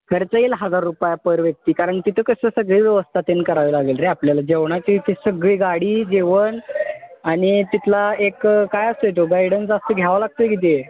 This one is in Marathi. खर्च येईल हजार रुपया पर व्यक्ती कारण तिथं कसं सगळी व्यवस्था तेन करावी लागेल रे आपल्याला जेवणाची ती सगळी गाडी जेवण आणि तिथला एक काय असतो आहे तो गायडन्स असतो घ्यावा लागतो आहे की ते